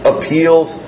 appeals